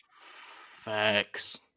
Facts